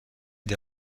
des